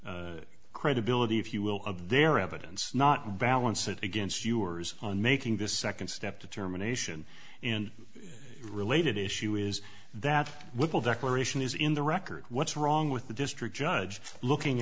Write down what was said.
credibility if you will of their evidence not balance it against yours on making the second step to germination in related issue is that little declaration is in the record what's wrong with the district judge looking